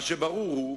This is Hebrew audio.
מה שברור הוא,